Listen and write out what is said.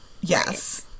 Yes